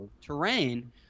terrain